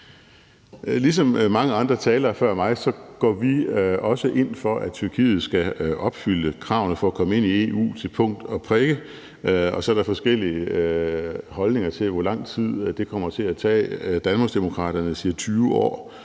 Ligesom mange andre talere før mig går vi også ind for, at Tyrkiet skal opfylde kravene for at komme ind i EU til punkt og prikke, og så er der forskellige holdninger til, hvor lang tid det kommer til at tage. Danmarksdemokraterne siger 20 år,